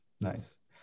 nice